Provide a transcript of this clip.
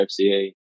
FCA